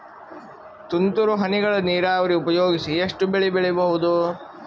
ತುಂತುರು ಹನಿಗಳ ನೀರಾವರಿ ಉಪಯೋಗಿಸಿ ಎಷ್ಟು ಬೆಳಿ ಬೆಳಿಬಹುದು?